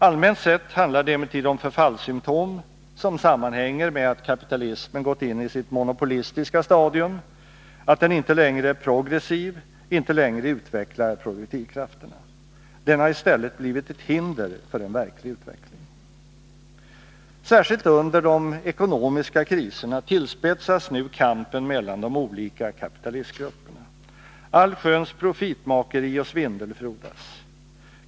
Allmänt sett handlar det emellertid om förfallssymtom, som sammanhänger med att kapitalismen gått ini sitt monopolistiska stadium, att den inte längre är progressiv, inte längre utvecklar produktivkrafterna. Den har i stället blivit ett hinder för en verklig utveckling. Särskilt under de ekonomiska kriserna tillspetsas nu kampen mellan de olika kapitalistgrupperna. Allsköns profitmakeri och svindel frodas.